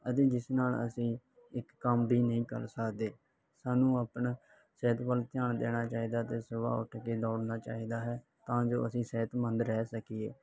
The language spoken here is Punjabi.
ਅਤੇ ਜਿਸ ਨਾਲ ਅਸੀਂ ਇੱਕ ਕੰਮ ਵੀ ਨਹੀਂ ਕਰ ਸਕਦੇ ਸਾਨੂੰ ਆਪਣਾ ਸਿਹਤ ਵੱਲ ਧਿਆਨ ਦੇਣਾ ਚਾਹੀਦਾ ਅਤੇ ਸੁਬਾਹ ਉੱਠ ਕੇ ਦੌੜਨਾ ਚਾਹੀਦਾ ਹੈ ਤਾਂ ਜੋ ਅਸੀਂ ਸਿਹਤਮੰਦ ਰਹਿ ਸਕੀਏ